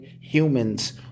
humans